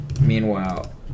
Meanwhile